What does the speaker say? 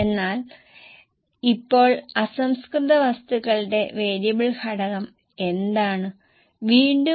അതിനാൽ ഈ ബ്രേക്ക്അപ്പ് പ്രൊജക്ഷനുകൾ ശരിയാക്കാൻ സഹായകമാകും